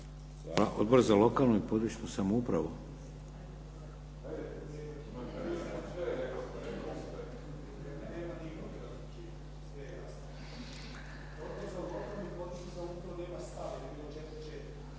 Odbor za lokalnu i područnu samoupravu?